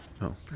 No